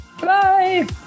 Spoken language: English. Bye